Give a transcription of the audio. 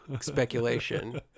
speculation